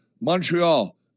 Montreal